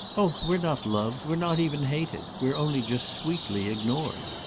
oh we're not loved. we're not even hated. we're only just sweetly ignored.